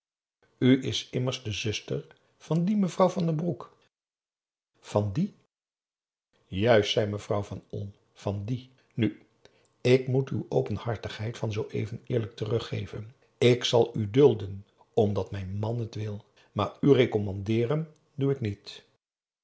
is immers de zuster van die mevrouw van den broek van die juist zei mevrouw van olm van die nu ik moet uw openhartigheid van zooeven eerlijk teruggeven ik zal u dulden omdat mijn man het wil maar u recommandeeren doe ik niet